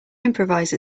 improvise